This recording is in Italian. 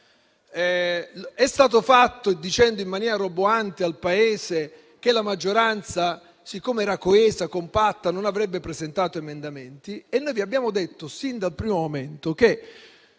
È stato fatto dicendo in maniera roboante al Paese che, siccome la maggioranza era coesa e compatta, non avrebbe presentato emendamenti. Noi vi abbiamo detto sin dal primo momento che